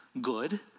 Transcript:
good